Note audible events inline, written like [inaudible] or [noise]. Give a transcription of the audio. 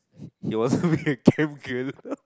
[laughs] he wants to be a camp carrier [laughs]